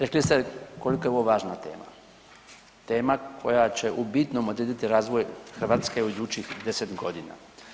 Rekli ste koliko je ovo važna tema, tema koja će u bitnom odrediti razvoj Hrvatske u idućih 10 godina.